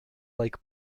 like